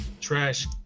Trash